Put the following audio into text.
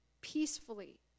peacefully